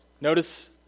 Notice